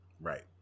Right